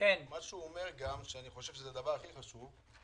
מהתיקון הזה המדינה מכניסה 450 מיליון שקל.